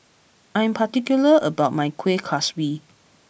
I am particular about my Kuih Kaswi